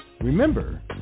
Remember